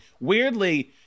Weirdly